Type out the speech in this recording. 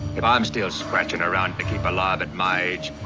if i'm still scratching around to keep alive at my age,